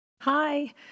Hi